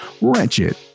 Wretched